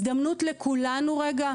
הזדמנות לכולנו רגע,